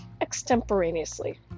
extemporaneously